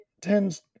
tends